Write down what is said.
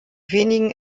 wenigen